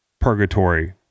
purgatory